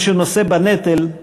מי שנושא בנטל,